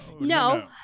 no